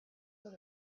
put